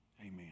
Amen